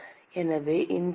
எனவே இந்தப் பகுதி 2pi r1 L